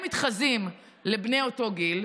הם מתחזים לבני אותו גיל,